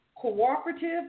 Cooperative